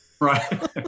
Right